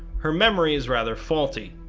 her memory is rather faulty.